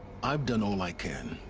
i've done all i can.